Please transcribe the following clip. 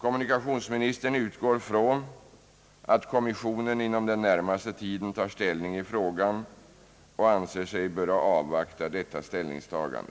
Jag utgår från att kommissionen inom den närmaste tiden tar ställning i frågan och anser mig böra avvakta detta ställningstagande.